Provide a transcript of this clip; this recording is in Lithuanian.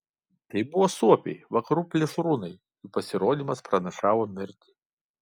tai buvo suopiai vakarų plėšrūnai jų pasirodymas pranašavo mirtį